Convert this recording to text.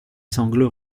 sanglots